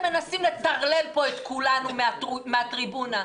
מנסים לטרלל פה את כולנו מהטריבונה.